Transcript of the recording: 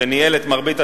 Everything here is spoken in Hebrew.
שניהל את מרבית הדיונים,